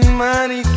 money